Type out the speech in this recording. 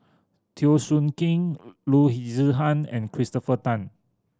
Teo Soon Kim Loo Zihan and Christopher Tan